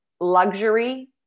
luxury